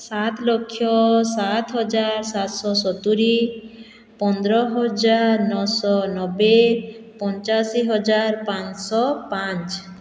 ସାତ ଲକ୍ଷ ସାତ ହଜାର ସାତଶହ ସତୁରୀ ପନ୍ଦର ହଜାର ନଅଶହ ନବେ ପଞ୍ଚାଅଶୀ ହଜାର ପାଞ୍ଚଶହ ପାଞ୍ଚ